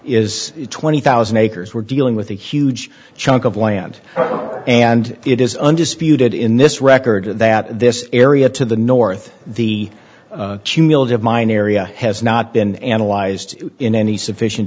there is twenty thousand acres we're dealing with a huge chunk of land and it is undisputed in this record that this area to the north the cumulative mine area has not been analyzed in any sufficient